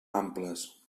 amples